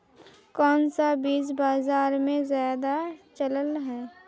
कोन सा बीज बाजार में ज्यादा चलल है?